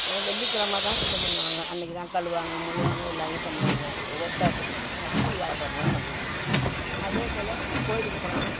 வெள்ளிக்கெழம தான் சுத்தம் பண்ணுவாங்க அன்னைக்கு தான் கழுவாங்க மொழுவாங்க எல்லாம் பண்ணுவாங்க ஒவ்வொருத்தர் அப்படி நாங்கள் வியாழக்கெழம தான் பண்ணுவோம் அதேப்போல் கோவிலுக்கு போனாலும்